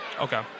Okay